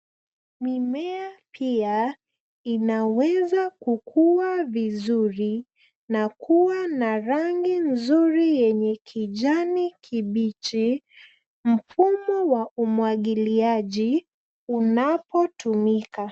Mimea pia inaweza kukua vizuri na kuwa na rangi nzuri yenye kijani kibichi mfumo wa umwagiliaji unapotumika.